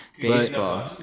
Baseball